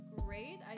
great